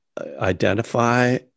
identify